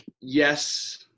yes